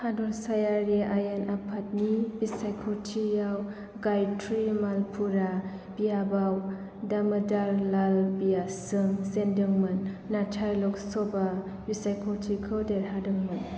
हादरसायारि आयेन आफादनि बिसायख'थियाव गायत्री मालपुरा बियाबाव दामोदार लाल व्यासजों जेनदोंमोन नाथाय लकसभा बिसायख'थिखौ देरहादोंमोन